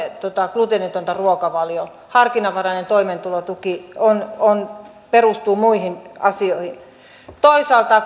gluteenitonta ruokavaliota harkinnanvarainen toimeentulotuki perustuu muihin asioihin toisaalta